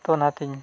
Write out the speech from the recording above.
ᱛᱳ ᱚᱱᱟᱛᱤᱧ